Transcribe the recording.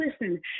listen